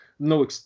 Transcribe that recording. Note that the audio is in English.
No